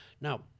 Now